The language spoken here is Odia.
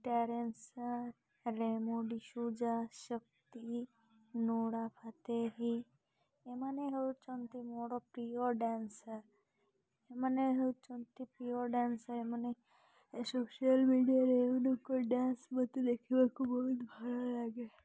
ଟ୍ୟାରେନ୍ସର ରେମୁ ଡିଶୁଜା ଶକ୍ତି ଫାତହୀ ଏମାନେ ହେଉଛନ୍ତି ମୋର ପ୍ରିୟ ଡ୍ୟାନ୍ସର୍ ଏମାନେ ହେଉଛନ୍ତି ପ୍ରିୟ ଡ୍ୟାନ୍ସର୍ ଏମାନେ ସୋସିଆଲ୍ ମିଡ଼ିଆରେ ଏକ ଡ୍ୟାନ୍ସ ମୋତେ ଦେଖିବାକୁ ବହୁତ ଭଲ ଲାଗେ